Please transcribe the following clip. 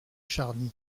charny